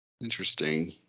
interesting